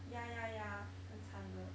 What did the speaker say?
ya ya ya 很惨的